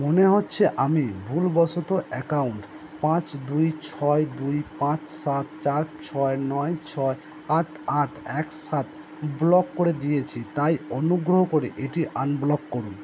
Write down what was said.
মনে হচ্ছে আমি ভুলবশত অ্যাকাউন্ট পাঁচ দুই ছয় দুই পাঁচ সাত চার ছয় নয় ছয় আট আট এক সাত ব্লক করে দিয়েছি তাই অনুগ্রহ করে এটি আনব্লক করুন